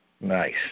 Nice